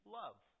love